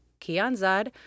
Kianzad